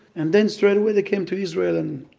and then straight away they came to israel, and,